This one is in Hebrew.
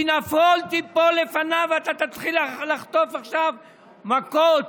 נָפוֹל תפול לפניו" אתה תתחיל לחטוף עכשיו מכות